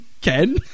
Ken